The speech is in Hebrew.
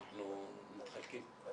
אנחנו מתחלקים.